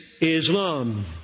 Islam